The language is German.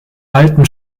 alten